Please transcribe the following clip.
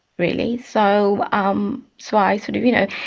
really. so um so i, sort of, you know,